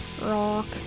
rock